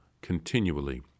continually